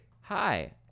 Hi